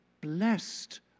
blessed